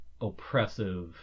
oppressive